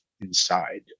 inside